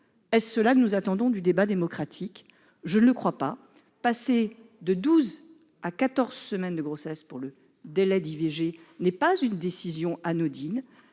Est-ce cela que nous attendons du débat démocratique ? Je ne le crois pas ! Passer de douze à quatorze semaines de grossesse pour le délai d'IVG n'est pas une décision anodine,